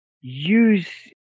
use